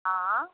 हँ